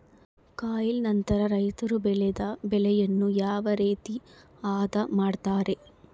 ಕೊಯ್ಲು ನಂತರ ರೈತರು ಬೆಳೆದ ಬೆಳೆಯನ್ನು ಯಾವ ರೇತಿ ಆದ ಮಾಡ್ತಾರೆ?